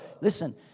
...listen